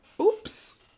oops